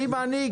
בלי מנהיג?